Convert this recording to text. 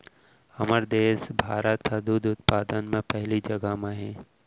हमर देस भारत हर दूद उत्पादन म पहिली जघा म हे